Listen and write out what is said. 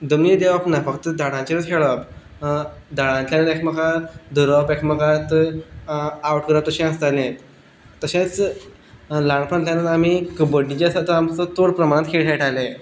जमनीर देंवप ना फक्त झाडाचेरच खेळप झाडांतल्यान एकमेका धरप एकमेकात आव्ट करप तशें आसतालें तशेंच ल्हानपणांतल्यान आमी कबड्डीचे आमचो चड प्रमाणान खेळ खेळटाले